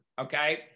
Okay